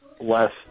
less